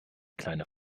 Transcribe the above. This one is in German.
kleine